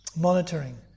monitoring